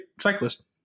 cyclist